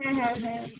হ্যাঁ হ্যাঁ হ্যাঁ